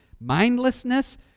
Mindlessness